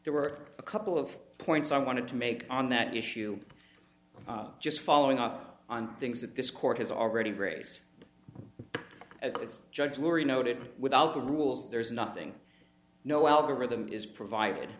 there were a couple of points i wanted to make on that issue just following up on things that this court has already raised as judge jury noted without the rules there's nothing no algorithm is provided